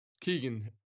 Keegan